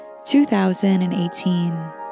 2018